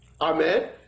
Amen